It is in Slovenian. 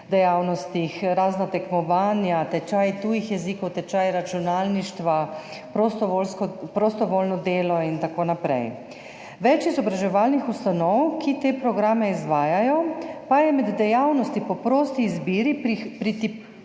dejavnostih, razna tekmovanja, tečaji tujih jezikov, tečaj računalništva, prostovoljno delo in tako naprej. Več izobraževalnih ustanov, ki te programe izvajajo, pa je med dejavnosti po prosti izbiri